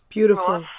Beautiful